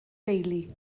deulu